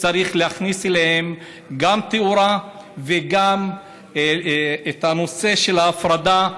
צריך להכניס אליהם גם תאורה וגם את הנושא של ההפרדה,